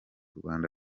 rwanda